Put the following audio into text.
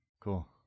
Cool